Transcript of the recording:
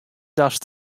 datst